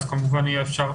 אז כמובן יהיה אפשר